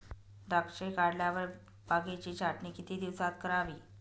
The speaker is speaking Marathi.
द्राक्षे काढल्यावर बागेची छाटणी किती दिवसात करावी?